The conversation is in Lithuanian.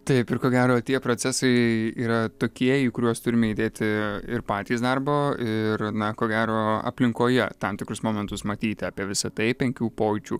taip ir ko gero tie procesai yra tokie į kuriuos turime įdėti ir patys darbo ir na ko gero aplinkoje tam tikrus momentus matyti apie visą tai penkių pojūčių